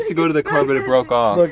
ah go to the car but it broke off. look